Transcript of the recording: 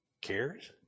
cares